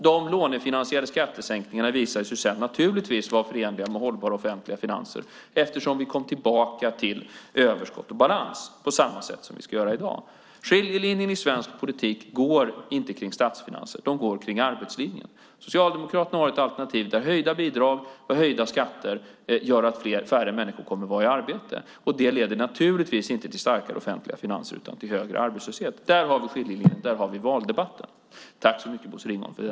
De lånefinansierade skattesänkningarna visade sig sedan naturligtvis vara förenliga med hållbara offentliga finanser eftersom vi kom tillbaka till överskott och balans - på samma sätt som vi ska göra i dag. Skiljelinjen i svensk politik går inte genom statsfinanserna utan genom arbetslinjen. Socialdemokraterna har ett alternativ där höjda bidrag och höjda skatter gör att färre människor kommer att vara i arbete. Det leder naturligtvis inte till starkare offentliga finanser utan till högra arbetslöshet. Där har vi skiljelinjen, och där har vi valdebatten.